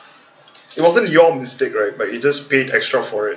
it wasn't your mistake right but you just paid extra for it